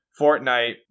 Fortnite